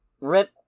rip